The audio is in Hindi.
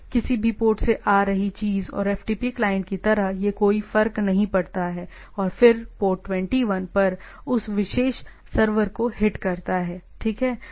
किसी भी पोर्ट से आ रही चीज़ और FTP क्लाइंट की तरह यह कोई फर्क नहीं पड़ता है और फिर पोर्ट 21 पर उस विशेष सर्वर को हिट करता है ठीक है